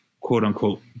quote-unquote